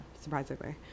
surprisingly